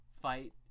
fight